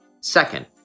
Second